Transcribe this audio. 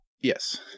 yes